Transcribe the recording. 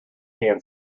hand